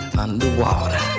underwater